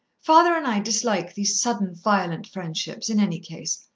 father and i dislike these sudden, violent friendships, in any case.